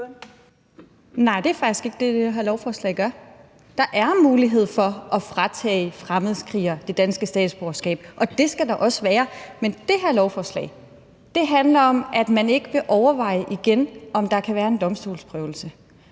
Nej, det er faktisk ikke det, som det her lovforslag gør. Der er mulighed for at fratage fremmedkrigere deres danske statsborgerskab, og det skal der også være. Men det her lovforslag handler om, at man ikke vil overveje igen, om der kan være en domstolsprøvelse.